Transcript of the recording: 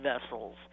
vessels